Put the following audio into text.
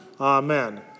Amen